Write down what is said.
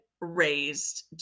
raised